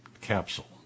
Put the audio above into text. capsule